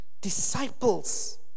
disciples